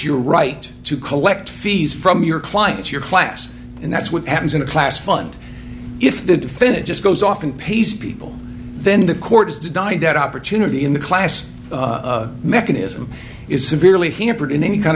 your right to collect fees from your client your class and that's what happens in a class fund if the defendant just goes off and pays people then the court has died that opportunity in the class mechanism is severely hampered in any kind